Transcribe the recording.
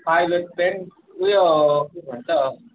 pilot pen उयो के भन्छ